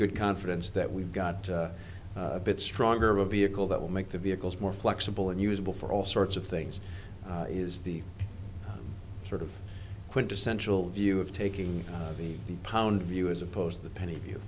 good confidence that we've got a bit stronger of a vehicle that will make the vehicles more flexible and usable for all sorts of things is the sort of quintessential view of taking the pound view as opposed to the penny view